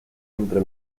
entre